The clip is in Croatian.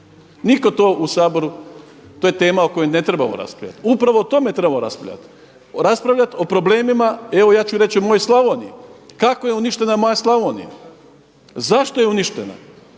Nitko to u Saboru, to je tema o kojoj ne trebamo raspravljati. Upravo o tome trebamo raspravljati. Raspravljati o problemima, evo ja ću reći o mojoj Slavoniji, kako je uništena moja Slavonija, zašto je uništena?